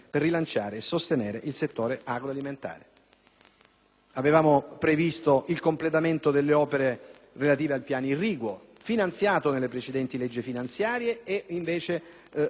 Avevamo previsto il completamento delle opere previste dal Piano irriguo nazionale, finanziato nelle precedenti leggi finanziarie, cui invece importanti risorse finanziarie sono state tolte da questo Governo.